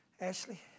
Ashley